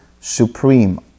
supreme